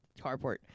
carport